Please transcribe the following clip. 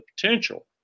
potential